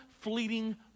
fleeting